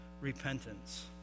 repentance